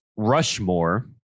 Rushmore